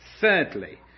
Thirdly